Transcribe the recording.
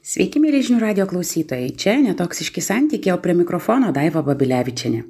sveiki mielie žinių radijo klausytojai čia ne toksiški santykiai o prie mikrofono daiva babilevičienė